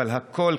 אבל הכול,